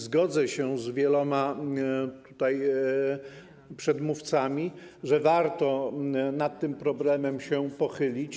Zgodzę się z wieloma przedmówcami, że warto nad tym problemem się pochylić.